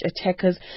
attackers